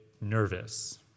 nervous